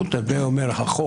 אתה יודע את עמדתי,